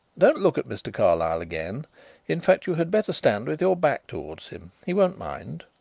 don't look at mr. carlyle again in fact, you had better stand with your back towards him, he won't mind.